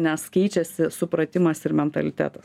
nes keičiasi supratimas ir mentalitetas